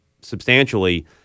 substantially